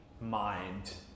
mind